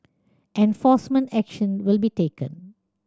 enforcement action will be taken